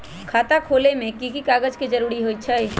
खाता खोले में कि की कागज के जरूरी होई छइ?